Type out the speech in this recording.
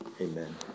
amen